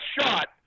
shot